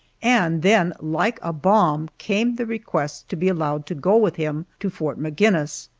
and then like a bomb came the request to be allowed to go with him to fort maginnis!